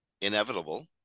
inevitable